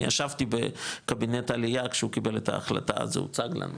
אני ישבתי בקבינט העלייה כשהוא קיבל את ההחלטה הזו זה הוצג לנו,